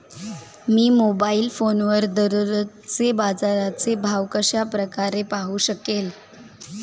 मी mobile फोनवर दररोजचे बाजाराचे भाव कशा प्रकारे पाहू शकेल?